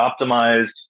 optimized